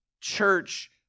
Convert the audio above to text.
church